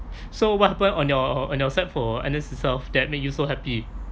so what happen on your on your side for N_S itself that make you so happy